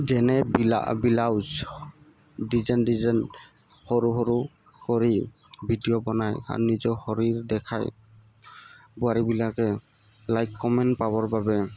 যেনে বিলা blouse design design সৰু সৰু কৰি ভিডিঅ' বনায় আৰু নিজৰ শৰীৰ দেখায় বোৱাৰীবিলাকে লাইক কমেণ্ট পাবৰ বাবে